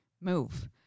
move